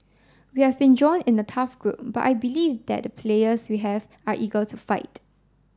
we have been drawn in a tough group but I believe that the players we have are eager to fight